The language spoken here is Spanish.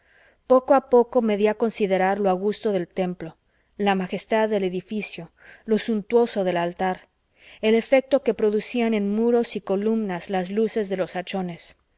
pero a poco me di a considerar lo augusto del templo la majestad del edificio lo suntuoso del altar el efecto que producían en muros y columnas las luces de los hachones